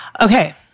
Okay